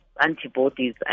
antibodies